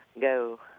go